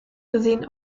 gesehen